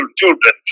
children